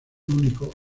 único